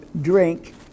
drink